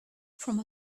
from